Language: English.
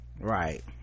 right